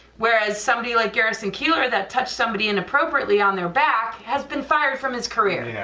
whereas somebody like garrison keillor that touch somebody inappropriately on their back has been fired from his career. yeah